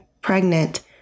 pregnant